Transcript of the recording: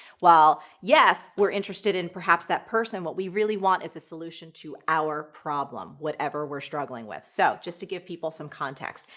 while, yes, we're interested in perhaps that person, what we really want is a solution to our problem, whatever we're struggling with. so, just to give people some context.